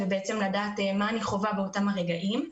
ובעצם לדעת מה אני חווה באותם הרגעים.